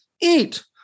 eat